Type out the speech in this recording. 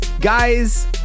Guys